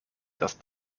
dass